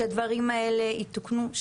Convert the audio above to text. שהדברים האלה יתוקנו,